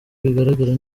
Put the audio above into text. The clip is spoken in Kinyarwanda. bigaragara